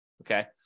okay